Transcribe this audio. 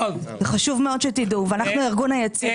חשוב מאוד שתדעו, ואנחנו הארגון היציג.